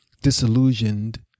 disillusioned